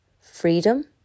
freedom